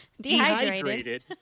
dehydrated